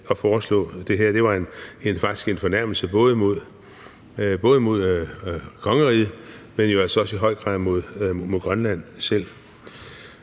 at foreslå det. Det var faktisk en fornærmelse, både mod kongeriget, men også i høj grad mod Grønland selv.